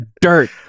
dirt